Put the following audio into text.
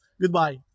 Goodbye